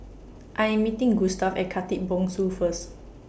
I Am meeting Gustav At Khatib Bongsu First